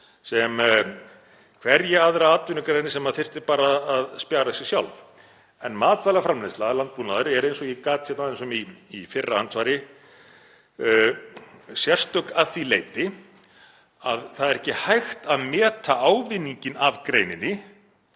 sem hverja aðra atvinnugrein sem þyrfti bara að spjara sig sjálf. En matvælaframleiðsla, landbúnaður, er, eins og ég gat aðeins um í fyrra andsvari, sérstök að því leyti að það er ekki hægt að meta ávinninginn af greininni